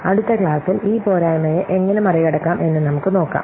അടുത്ത ക്ലാസ്സിൽ ഈ പോരയ്മയെ എങ്ങനെ മറികടക്കാം എന്ന് നമുക്ക് നോക്കാം